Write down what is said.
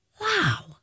Wow